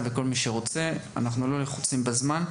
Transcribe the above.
אנחנו לא לחוצים בזמן.